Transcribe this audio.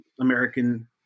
American